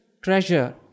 treasure